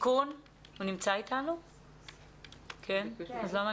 סיון גתי, נציגה של מועצת התלמידים והנוער הארצית.